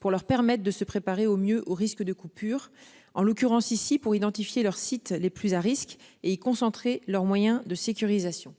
pour leur permettent de se préparer au mieux au risque de coupures en l'occurrence ici pour identifier leurs sites les plus à risque et y concentrer leurs moyens de sécurisation.